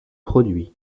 produit